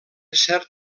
cert